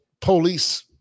police